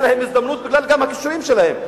להם הזדמנות גם בגלל הכישורים שלהם.